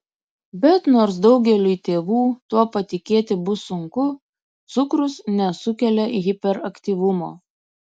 bet nors daugeliui tėvų tuo patikėti bus sunku cukrus nesukelia hiperaktyvumo